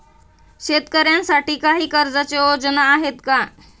शेतकऱ्यांसाठी काही कर्जाच्या योजना आहेत का?